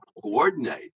coordinate